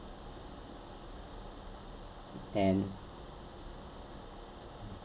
and